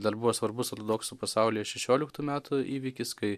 dar buvo svarbus ortodoksų pasaulyje šešioliktų metų įvykis kai